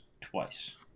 twice